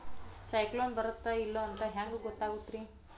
ಸೈಕ್ಲೋನ ಬರುತ್ತ ಇಲ್ಲೋ ಅಂತ ಹೆಂಗ್ ಗೊತ್ತಾಗುತ್ತ ರೇ?